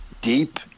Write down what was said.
deep